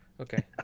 Okay